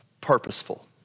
purposeful